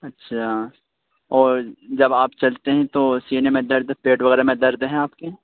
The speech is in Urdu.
اچھا اور جب آپ چلتے ہیں تو سینے میں درد پیٹ وغیرہ میں درد ہے آپ کے